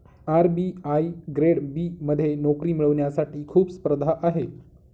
RBI grade B मध्ये नोकरी मिळवण्यासाठी खूप स्पर्धा आहे